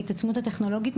בהתעצמות הטכנולוגית,